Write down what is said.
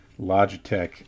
Logitech